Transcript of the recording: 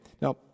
now